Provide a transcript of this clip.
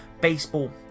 baseball